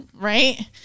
Right